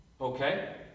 okay